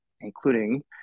including